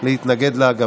להתנגד לה.